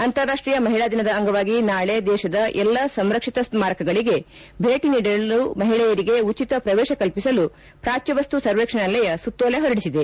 ಅಂತಾರಾಷ್ಷೀಯ ಮಹಿಳಾ ದಿನದ ಅಂಗವಾಗಿ ನಾಳೆ ದೇಶದ ಎಲ್ಲಾ ಸಂರಕ್ಷಿತ ಸ್ಮಾರಕಗಳಿಗೆ ಭೇಟಿ ನೀಡಲು ಮಹಿಳೆಯರಿಗೆ ಉಚಿತ ಪ್ರವೇಶ ಕಲ್ಪಿಸಲು ಪ್ರಾಚ್ಯವಸ್ತು ಸರ್ವೇಕ್ಷಣಾಲಯ ಸುತ್ತೋಲೆ ಹೊರಡಿಸಿದೆ